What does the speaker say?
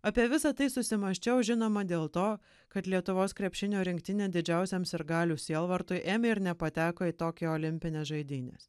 apie visa tai susimąsčiau žinoma dėl to kad lietuvos krepšinio rinktinė didžiausiam sirgalių sielvartui ėmė ir nepateko į tokijo olimpines žaidynes